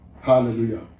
Hallelujah